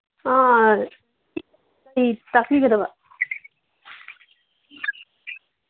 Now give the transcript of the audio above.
ꯑꯥ ꯀꯩ ꯇꯥꯛꯞꯤꯒꯗꯕ